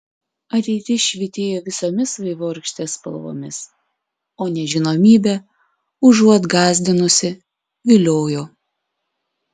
ateitis švytėjo visomis vaivorykštės spalvomis o nežinomybė užuot gąsdinusi viliojo